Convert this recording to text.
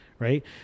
Right